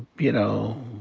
you know,